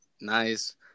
Nice